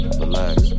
relax